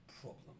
problem